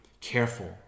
careful